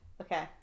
okay